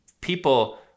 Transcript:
people